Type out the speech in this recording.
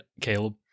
caleb